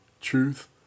truth